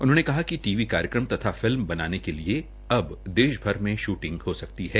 उन्होंने कहा कि टी वी कार्यक्रम तथा फिल्म बनाने के लिए अब देशभर में शूटिंग हो सकती है